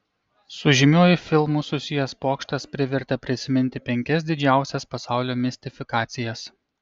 su žymiuoju filmu susijęs pokštas privertė prisiminti penkias didžiausias pasaulio mistifikacijas